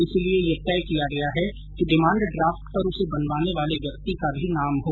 इसलिए यह तय किया गया है कि डिमांड ड्राफ्ट पर उसे बनवाने वाले व्यक्ति का भी नाम हो